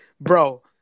Bro